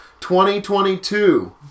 2022